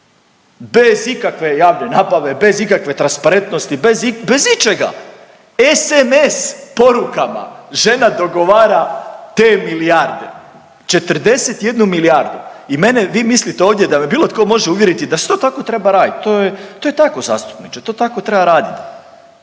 bez ikakve javne nabave, bez ikakve transparentnosti, bez ičega. SMS porukama žena dogovara te milijarde 41 milijardu. I mene vi mislite da ovdje da me bilo tko može uvjeriti da se to tako treba radit, to je, to je tako zastupniče to tako treba radit.